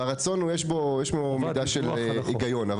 ויש בו מידה של היגיון,